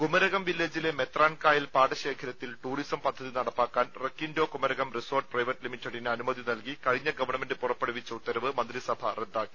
കുമരകം വില്ലേജിലെ മെത്രാൻ കായൽ പാടശേഖരത്തിൽ ടൂറിസം പദ്ധതി നടപ്പാക്കാൻ റക്കിന്റോ കുമരകം റിസോർട്ട് പ്രൈവറ്റ് ലിമിറ്റഡിന് അനുമതി നൽകി കഴിഞ്ഞ ഗവൺമെന്റ് പുറപ്പെടുവിച്ച ഉത്തരവ് മന്ത്രിസഭ റദ്ദാക്കി